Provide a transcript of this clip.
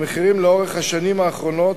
במחירים לאורך השנים האחרונות,